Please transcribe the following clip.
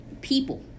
people